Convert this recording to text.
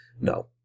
No